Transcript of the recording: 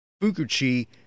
Fukuchi